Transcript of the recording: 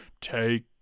take